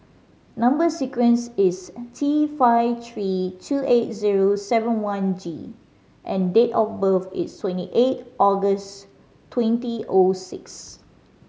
number sequence is T five three two eight zero seven one G and date of birth is twenty eight August twenty O six